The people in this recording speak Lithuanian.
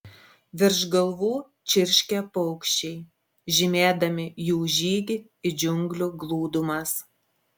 virš galvų čirškė paukščiai žymėdami jų žygį į džiunglių glūdumas